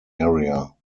area